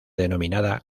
denominada